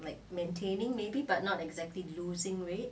like maintaining maybe but not exactly losing weight